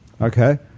okay